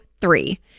three